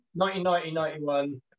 1990-91